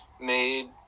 made